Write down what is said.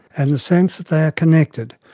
and the sense that they are connected,